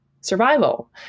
survival